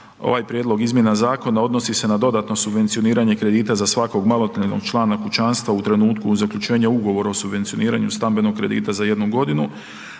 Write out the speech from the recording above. ovaj prijedlog izmjena zakona odnosi se na dodatno subvencioniranje kredita za svakog maloljetnog člana kućanstva u trenutku zaključenja ugovora o subvencioniranju stambenog kredita za jednu godinu.